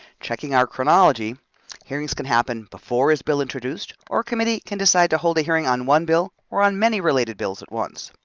checking our chronology hearings can happen before is bill introduced, or committee can decide to hold a hearing on one bill, or on many related bills at once.